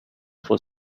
for